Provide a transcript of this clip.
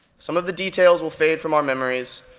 some of the details will fade from our memories,